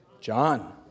John